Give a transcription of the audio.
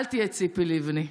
אל תהיה ציפי לבני.